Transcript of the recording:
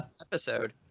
episode